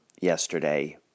yesterday